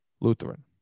Lutheran